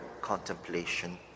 contemplation